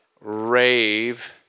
rave